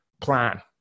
plan